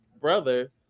brother